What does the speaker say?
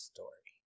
Story